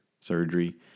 surgery